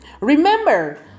Remember